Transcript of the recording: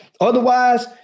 Otherwise